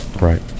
right